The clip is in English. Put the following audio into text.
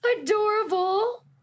adorable